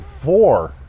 four